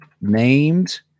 named